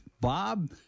bob